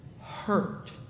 hurt